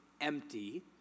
empty